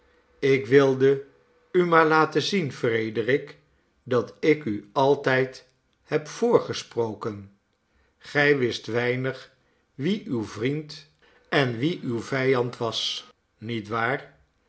ik wilde u maar laten zien frederik dat ik u altijd heb voorgesproken gij wist weinig wie uw vriend en wie uw vijand was niet waar